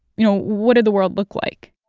you know, what did the world look like?